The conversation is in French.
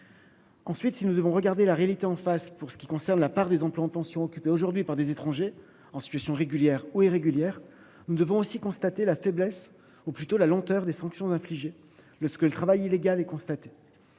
Ensuite, si nous devons regarder la réalité en face. Pour ce qui concerne la part des employes tension occupée aujourd'hui par des étrangers en situation régulière ou irrégulière. Nous devons aussi constaté la faiblesse ou plutôt la lenteur des sanctions infligées le ce que le travail illégal et constater.